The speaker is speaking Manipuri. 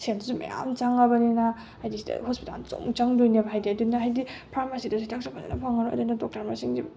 ꯁꯦꯜꯗꯨꯁꯨ ꯃꯌꯥꯝ ꯆꯪꯉꯕꯅꯤꯅ ꯍꯥꯏꯗꯤ ꯁꯤꯗ ꯍꯣꯁꯄꯤꯇꯥꯜꯗꯁꯨ ꯑꯃꯨꯛ ꯆꯪꯗꯣꯏꯅꯦꯕ ꯍꯥꯏꯗꯤ ꯑꯗꯨꯅ ꯍꯥꯏꯗꯤ ꯐꯥꯔꯃꯥꯁꯤꯗ ꯍꯤꯗꯥꯛꯁꯨ ꯐꯖꯅ ꯐꯪꯉꯔꯣꯏ ꯑꯗꯨꯅ ꯗꯣꯛꯇꯔ ꯃꯁꯤꯡꯁꯦ